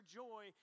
joy